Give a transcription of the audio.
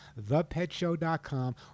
thepetshow.com